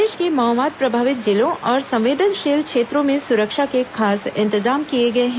प्रदेश के माओवाद प्रभावित जिलों और संवेदनशील क्षेत्रों में सुरक्षा के खास इंतजाम किए गए हैं